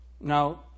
Now